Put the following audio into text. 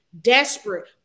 desperate